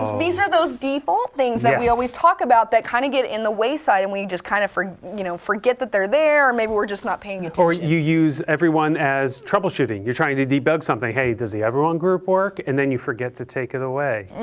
these are those default things that we always talk about that kind of get in the wayside and we just kind of you know forget that they're there, or maybe we're just not paying attention. or you use everyone as troubleshooting, you're trying to debug something, hey does the everyone group work? and then you forget to take it away.